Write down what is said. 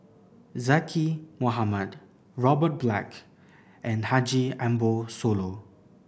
Zaqy Mohamad Robert Black and Haji Ambo Sooloh